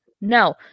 no